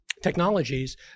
technologies